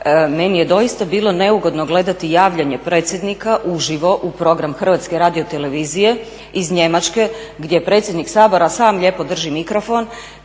Meni je doista bilo neugodno gledati javljanje predsjednika uživo u program HRT-a iz Njemačke gdje predsjednik Sabora sam lijepo drži mikrofon.